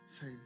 Say